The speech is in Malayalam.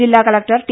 ജില്ലാ കലക്ടർ ടി